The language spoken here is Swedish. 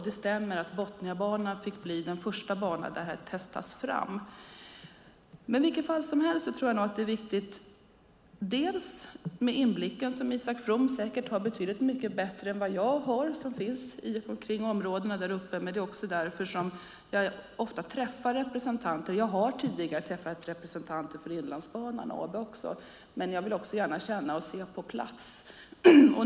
Det stämmer att Botniabanan fick bli den första banan där det här testas fram. I vilket fall som helst tror jag att det är viktigt med inblicken - Isak From har säkert mycket bättre inblick än vad jag har - i områdena där uppe. Det är också därför som jag ofta träffar representanter. Jag har tidigare träffat representanter för Inlandsbanan AB. Men jag vill också gärna känna och se på plats.